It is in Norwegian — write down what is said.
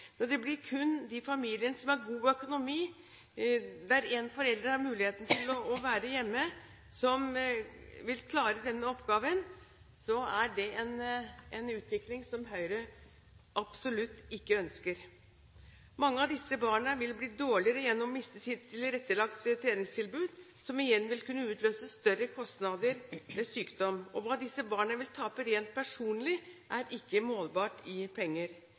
det blir kun de familiene som har god økonomi – der en forelder har muligheten til å være hjemme – som vil klare denne oppgaven, er det en utvikling som Høyre absolutt ikke ønsker. Mange av disse barna vil bli dårligere gjennom å miste sitt tilrettelagte treningstilbud, som igjen vil kunne utløse større kostnader ved sykdom. Hva disse barna vil tape rent personlig, er ikke målbart i penger.